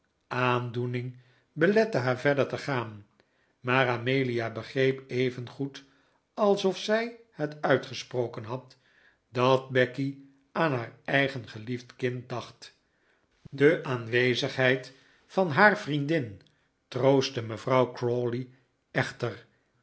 aandoening belette haar verder te gaan maar amelia begreep even goed alsof zij het uitgesproken had dat becky aan haar eigen geliefd kind dacht de aanwezigheid van haar vriendin troostte mevrouw crawley echter